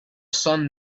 sun